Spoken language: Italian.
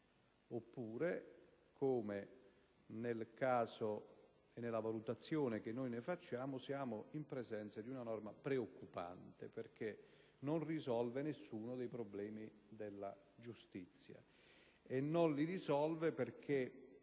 oppure, come nel caso e nella valutazione che noi ne facciamo, che siamo in presenza di una norma preoccupante, perché non risolve nessuno dei problemi della giustizia. Non li risolve, come